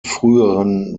früheren